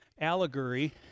allegory